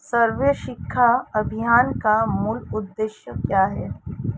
सर्व शिक्षा अभियान का मूल उद्देश्य क्या है?